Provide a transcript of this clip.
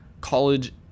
college